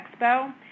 Expo